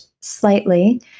slightly